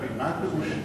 אם ירשה היושב-ראש.